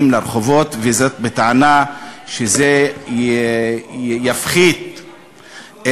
והיא חושבת שאם היא חוזרת על אותם שקרים,